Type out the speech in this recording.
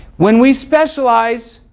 when we specialize,